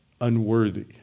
unworthy